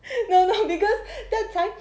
no no because that time